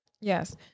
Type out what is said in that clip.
yes